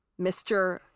Mr